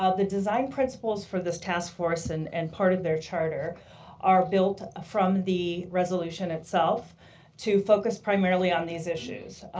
the design principles for this task force and and part of their charter are built from the resolution itself to focus primarily on these issues.